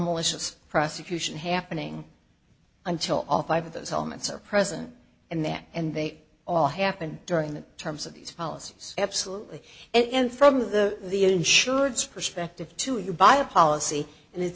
malicious prosecution happening until all five of those elements are present and that and they all happened during the terms of these policies absolutely and from the the insurance perspective to you buy a policy and it